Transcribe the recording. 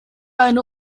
eine